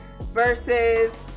Versus